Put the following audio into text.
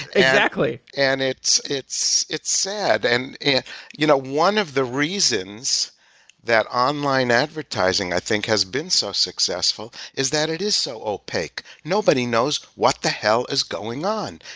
exactly. and it's it's sad. and and you know one of the reasons that online advertising i think has been so successful is that it is so opaque. nobody knows what the hell is going on.